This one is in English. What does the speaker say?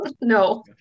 no